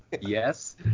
Yes